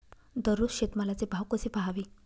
दररोज शेतमालाचे भाव कसे पहावे?